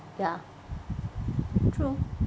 ya true